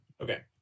Okay